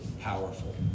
powerful